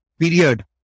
period